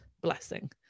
blessing